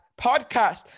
Podcast